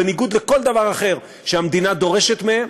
בניגוד לכל דבר אחר שהמדינה דורשת מהם,